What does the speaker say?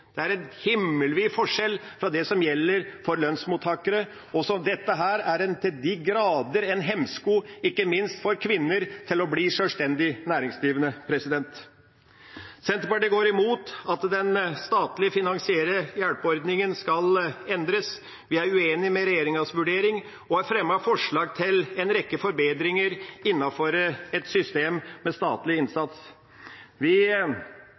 som gjelder for lønnsmottakere, og dette er til de grader en hemsko, ikke minst for kvinner, for å bli sjølstendig næringsdrivende. Senterpartiet går imot at den statlig finansierte hjelpeordningen skal endres. Vi er uenig i regjeringas vurdering og har fremmet forslag til en rekke forbedringer innenfor et system med statlig innsats. Vi